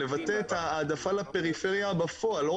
לבטא את ההעדפה לפריפריה בפועל,